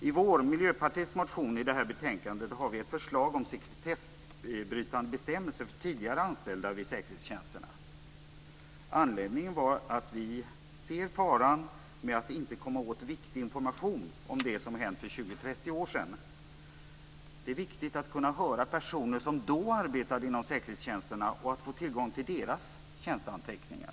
I Miljöpartiets motion i detta betänkande har vi ett förslag om sekretessbrytande bestämmelser för tidigare anställda vid säkerhetstjänsterna. Anledningen är att vi ser faran med att inte komma åt viktig information om det som hänt för 20-30 år sedan. Det är viktigt att kunna höra personer som då arbetade inom säkerhetstjänsterna och att få tillgång till deras tjänsteanteckningar.